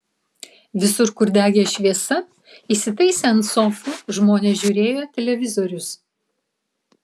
visur kur degė šviesa įsitaisę ant sofų žmonės žiūrėjo televizorius